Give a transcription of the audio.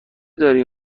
داری